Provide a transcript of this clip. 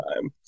time